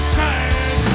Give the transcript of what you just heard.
time